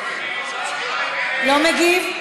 לא מגיב.